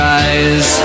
eyes